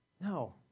No